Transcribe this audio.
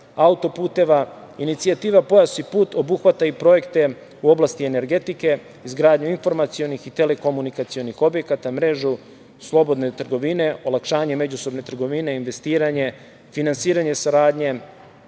auto-puteva. Inicijativa „Pojas i put“ obuhvata i projekte u oblati energetike, izgradnju informacionih i telekomunikacionih objekata, mrežu slobodne trgovine, olakšanje međusobne trgovine, investiranje, finansijske saradnje,